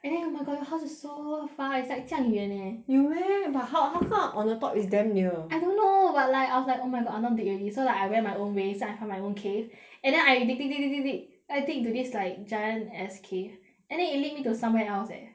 and then oh my god your house is so far is like 这样远 eh 有 meh wha~ ho~ how come on the top is damn near I don't know but like I was like oh my god I don't want dig already so like I went my own way so I find my own cave and then I dig dig dig dig dig then I dig into this like giant ass cave and then it lead me to somewhere else eh